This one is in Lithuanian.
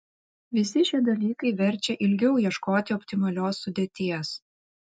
visi šie dalykai verčia ilgiau ieškoti optimalios sudėties